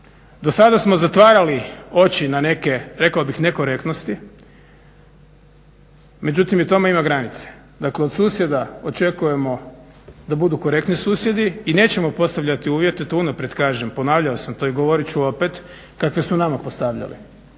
Dosada smo zatvarali oči na neke rekao bih nekorektnosti, međutim i tome ima granice. Dakle, od susjeda očekujemo da budu korektni susjedi i nećemo postavljati uvjete to unaprijed kažem, ponavljao sam to i govorit ću opet, kakve su nama postavljali.